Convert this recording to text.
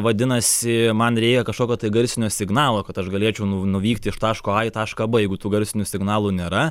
vadinasi man reikia kažkokio tai garsinio signalo kad aš galėčiau nu nuvykti iš taško į tašką b jeigu tų garsinių signalų nėra